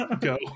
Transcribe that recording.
go